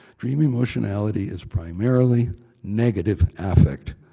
dream emotionality is primarily negative affect,